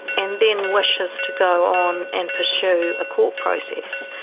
and then wishes to go on and pursue a court process,